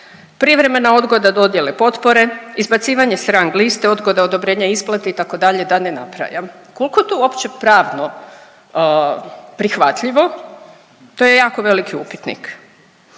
privremena odgoda dodjele potpore, izbacivanje s rang liste, odgode odobrenja isplate itd. da ne nabrajam. Kolko je to uopće pravno prihvatljivo, to je jako veliki upitnik